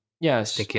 yes